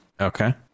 Okay